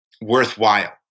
worthwhile